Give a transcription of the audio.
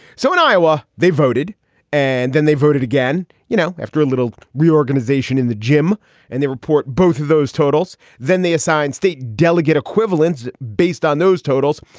so in iowa they voted and then they voted again, you know, after a little reorganization in the gym and they report both of those totals. then they assign state delegate equivalents based on those totals.